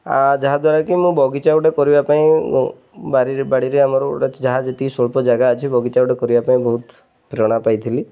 ଯାହାଦ୍ୱାରା କି ମୁଁ ବଗିଚା ଗୋଟେ କରିବା ପାଇଁ ବାଡ଼ିରେ ଆମର ଗୋଟେ ଯାହା ଯେତିକି ସ୍ୱଳ୍ପ ଜାଗା ଅଛି ବଗିଚା ଗୋଟେ କରିବା ପାଇଁ ବହୁତ ପ୍ରେରଣା ପାଇଥିଲି